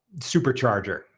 supercharger